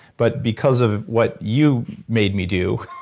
but because of what you made me do,